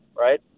right